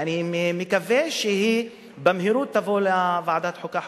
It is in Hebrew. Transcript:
ואני מקווה שהיא תובא במהירות לוועדת החוקה,